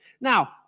Now